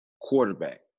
quarterback